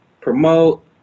promote